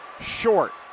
short